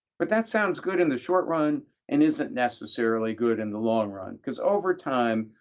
but that sounds good in the short-run and isn't necessarily good in the long-run because over time,